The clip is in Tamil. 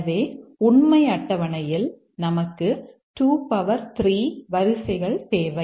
எனவே உண்மை அட்டவணையில் நமக்கு 23 வரிசைகள் தேவை